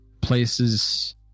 Places